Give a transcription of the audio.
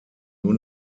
nur